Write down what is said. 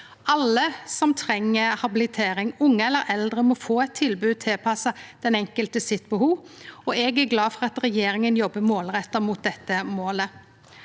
Alle som treng habilitering, unge eller eldre, må få eit tilbod tilpassa behovet den enkelte har, og eg er glad for at regjeringa jobbar målretta mot dette målet.